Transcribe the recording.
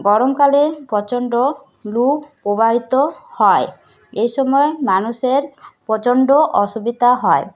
গরমকালে প্রচণ্ড লু প্রবাহিত হয় এসময় মানুষের প্রচণ্ড অসুবিধা হয়